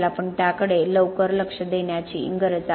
आपण त्याकडे लवकर लक्ष देण्याची गरज आहे